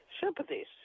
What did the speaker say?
sympathies